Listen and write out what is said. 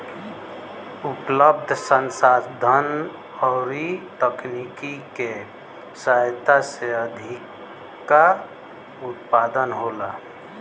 उपलब्ध संसाधन अउरी तकनीकी के सहायता से अधिका उत्पादन होला